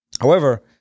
however-